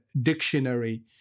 dictionary